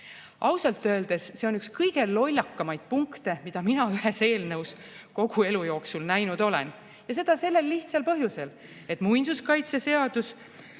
Ausalt öeldes see on üks kõige lollakamaid punkte, mida mina ühes eelnõus kogu elu jooksul näinud olen. Ja seda sellel lihtsal põhjusel, et muinsuskaitseseadus